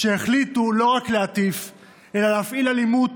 שהחליטו לא רק להטיף אלא להפעיל אלימות